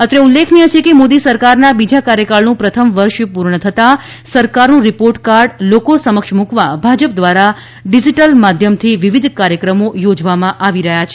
અત્રે ઉલ્લેખનીય છે કે મોદી સરકારના બીજા કાર્યકાળનું પ્રથમ વર્ષ પૂર્ણ થતાં સરકારનું રિપોર્ટકાર્ડ લોકો સમક્ષ મુકવા ભાજપ દ્વારા ડિજીટલ માધ્યમથી વિવિધ કાર્યક્રમો યોજવામાં આવી રહ્યા છે